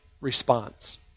response